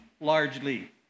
largely